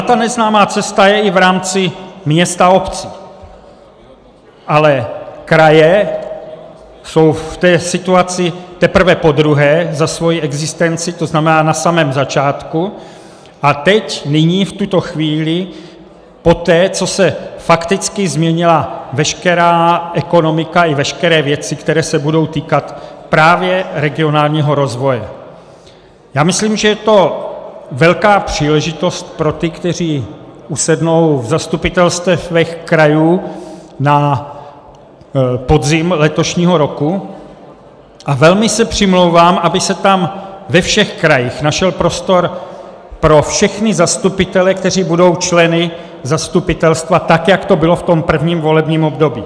Ona ta neznámá cesta je i v rámci měst a obcí, ale kraje jsou v té situaci teprve podruhé za svoji existenci, to znamená na samém začátku, a teď, v tuto chvíli, poté co se fakticky změnila veškerá ekonomika i veškeré věci, které se budou týkat právě regionálního rozvoje, já myslím, že je to velká příležitost pro ty, kteří usednou v zastupitelstvech krajů na podzim letošního roku, a velmi se přimlouvám, aby se tam ve všech krajích našel prostor pro všechny zastupitele, kteří budou členy zastupitelstva, tak jak to bylo v tom prvním volebním období.